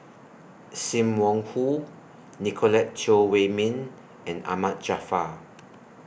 SIM Wong Hoo Nicolette Teo Wei Min and Ahmad Jaafar